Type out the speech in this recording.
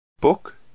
Book